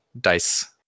dice